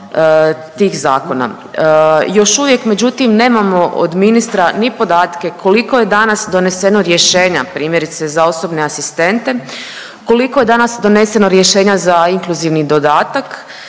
tih zakona. Još uvijek međutim nemamo od ministra ni podatke koliko je danas doneseno rješenja primjerice za osobne asistente, koliko je danas doneseno rješenja za inkluzivni dodatak?